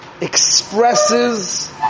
expresses